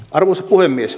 arvoisa puhemies